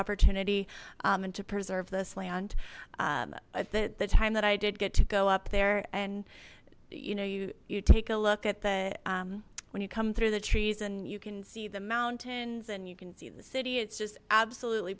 opportunity and to preserve this land the time that i did get to go up there and you know you you take a look at the when you come through the trees and you can see the mountains and you can see the city it's just absolutely